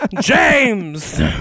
James